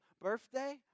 Birthday